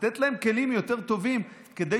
לתת להם כלים יותר טובים כדי